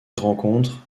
rencontre